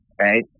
right